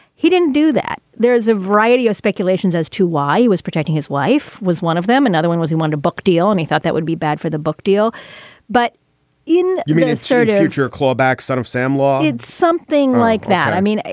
he didn't do that. there is a variety of speculations as to why he was protecting his wife was one of them. another one was he want a book deal and he thought that would be bad for the book deal but in an uncertain future, clawbacks. son of sam law. it's something like that. i mean,